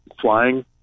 flying